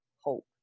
hope